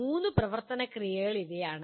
മൂന്ന് പ്രവർത്തന ക്രിയകൾ ഇവയാണ്